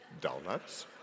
donuts